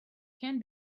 can